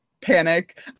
panic